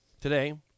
Today